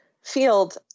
field